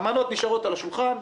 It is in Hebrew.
המנות נשארות על השולחן,